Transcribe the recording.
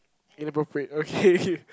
inappropriate okay